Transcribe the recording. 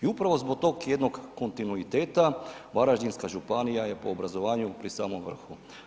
I upravo zbog tog jednog kontinuiteta, Varaždinska županija je po obrazovanju pri samom vrhu.